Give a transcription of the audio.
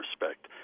respect